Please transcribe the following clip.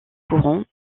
courant